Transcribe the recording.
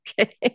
Okay